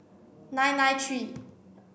nine nine three